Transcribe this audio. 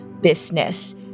business